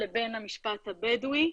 לבין המשפט הבדואי.